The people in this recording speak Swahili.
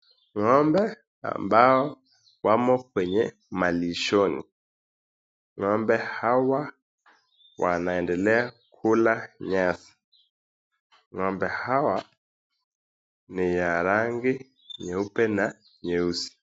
Ng'ombe ambao wamo kwenye malishoni.Ng'ombe hawa wanaendelea kula nyasi, ng'ombe hawa ni wa rangi nyeupe na nyeusi.